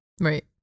right